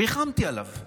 ריחמתי עליו.